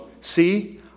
See